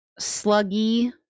sluggy